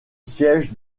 siège